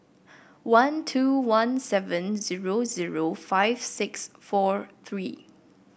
one two one seven zero zero five six four three